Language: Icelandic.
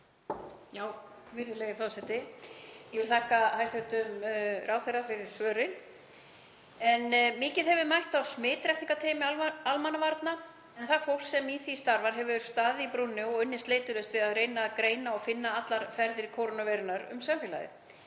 Virðulegi forseti. Ég vil þakka hæstv. ráðherra fyrir svörin. Mikið hefur mætt á smitrakningarteymi almannavarna, en það fólk sem í því starfar hefur staðið í brúnni og unnið sleitulaust við að reyna að greina og finna allar ferðir kórónuveirunnar um samfélagið.